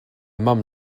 mom